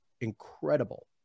incredible